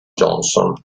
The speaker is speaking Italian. johnson